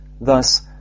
Thus